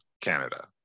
Canada